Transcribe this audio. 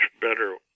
better